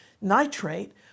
nitrate